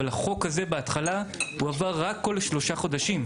אבל החוק הזה בהתחלה הוארך כל שלושה חודשים,